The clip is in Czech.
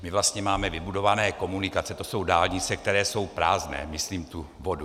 Máme vlastně vybudované komunikace, to jsou dálnice, které jsou prázdné, myslím tu vodu.